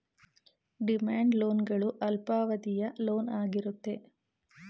demand loan ಗಳು ಅಲ್ಪಾವಧಿಯ loan ಆಗಿರುತ್ತೆ